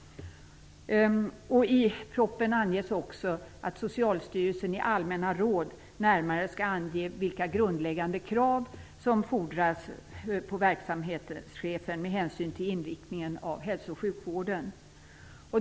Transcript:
I propositionen anges också att Socialstyrelsen i allmänna råd närmare skall ange vilka grundläggande krav som fordras på verksamhetschefen med hänsyn till inriktningen av hälso och sjukvården.